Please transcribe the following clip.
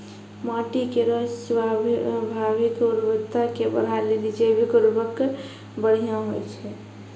माटी केरो स्वाभाविक उर्वरता के बढ़ाय लेलि जैविक उर्वरक बढ़िया होय छै